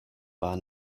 war